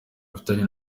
rufitanye